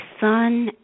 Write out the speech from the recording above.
son